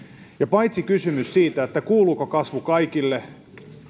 paitsi kysymys siitä kuuluuko kasvu kaikille